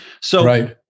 So-